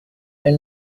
elle